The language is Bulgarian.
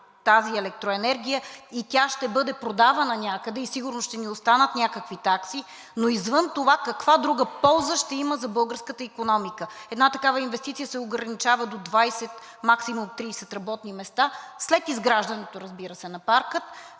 тази електроенергия, тя ще бъде продавана някъде и сигурно ще ни останат някакви такси, но извън това каква друга полза ще има за българската икономика? Една такава инвестиция се ограничава до 20, максимум 30 работни места след изграждането, разбира се, на парка.